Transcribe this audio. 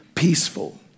peaceful